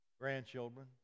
Grandchildren